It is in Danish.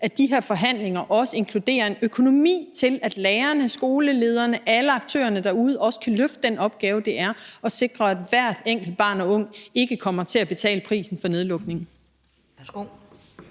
lade de her forhandlinger inkludere en økonomi, så lærerne, skolelederne, alle aktørerne derude, også kan løfte den opgave, det er at sikre, at hvert enkelt barn og hver enkelt ung ikke kommer til at betale prisen for nedlukningen.